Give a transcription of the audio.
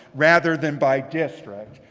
rather than by district.